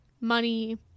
money